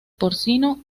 porcino